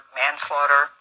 manslaughter